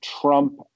Trump